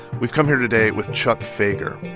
we've come here today with chuck fager.